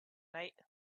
night